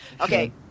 Okay